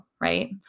right